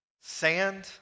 sand